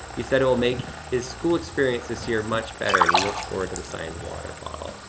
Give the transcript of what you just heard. he said it will make his school experience this year much better and he looks forward to the signed water bottle.